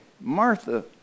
Martha